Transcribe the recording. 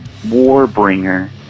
Warbringer